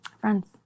friends